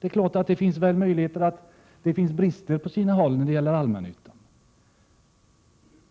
Det är klart att det kan finnas brister på sina håll i allmännyttan.